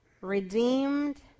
redeemed